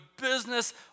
business